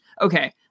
okay